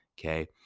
Okay